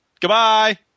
Goodbye